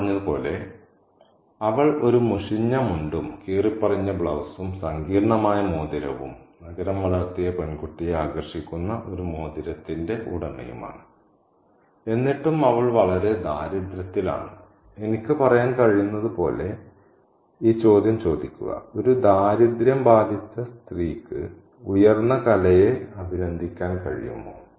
ഞാൻ പറഞ്ഞതുപോലെ അവൾ ഒരു മുഷിഞ്ഞ മുണ്ടും കീറിപ്പറിഞ്ഞ ബ്ലൌസും സങ്കീർണ്ണമായ മോതിരവും നഗരം വളർത്തിയ പെൺകുട്ടിയെ ആകർഷിക്കുന്ന ഒരു മോതിരത്തിന്റെ ഉടമയാണ് എന്നിട്ടും അവൾ വളരെ ദാരിദ്ര്യത്തിലാണ് എനിക്ക് പറയാൻ കഴിയുന്നതുപോലെ ഈ ചോദ്യം ചോദിക്കുക ഒരു ദാരിദ്ര്യം ബാധിച്ച സ്ത്രീകൾക്ക് ഉയർന്ന കലയെ അഭിനന്ദിക്കാൻ കഴിയുമോ